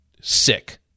sick